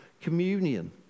communion